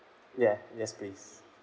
yeah yes please